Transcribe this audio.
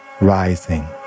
rising